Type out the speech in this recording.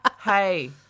Hey